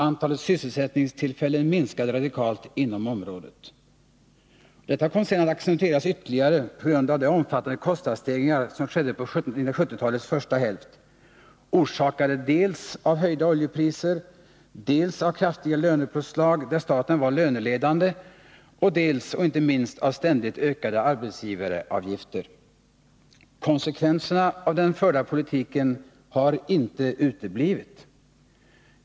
Antalet sysselsättningstillfällen minskade radikalt inom området. Utvecklingen kom sedan att accentueras ytterligare på grund av de omfattande kostnadsstegringar som skedde under 1970-talets första hälft, orsakade dels av höjda oljepriser, dels av kraftiga lönepåslag, där staten var löneledande, samt dels och inte minst ständigt ökade arbetsgivaravgifter. Konsekvenserna av den förda politiken har inte uteblivit.